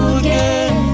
again